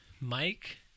Mike